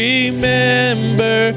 Remember